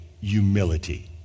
humility